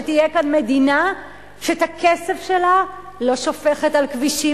שתהיה כאן מדינה שאת הכסף שלה לא שופכת על כבישים